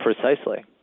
Precisely